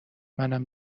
منم